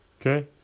okay